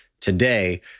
today